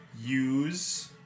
use